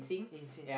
rinsing